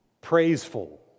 praiseful